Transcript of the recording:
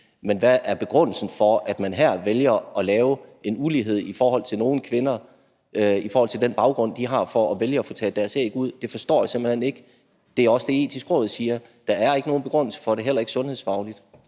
Men hvad er begrundelsen for, at man her vælger at lave en ulighed i forhold til nogle kvinder, hvad angår deres baggrund for at vælge at få taget deres æg ud? Det forstår jeg simpelt hen ikke. Det er også det, Det Etiske Råd siger, altså at der ikke er nogen begrundelse for det, heller ikke sundhedsfagligt.